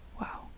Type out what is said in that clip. Wow